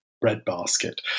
breadbasket